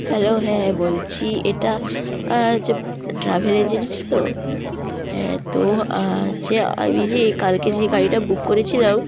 hello হ্যাঁ বলছি এটা হচ্ছে ট্রাভেল এজেন্সি তো হ্যাঁ তো হচ্ছে আমি যে কালকে যে গাড়িটা বুক করেছিলাম